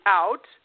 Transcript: out